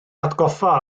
atgoffa